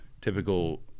typical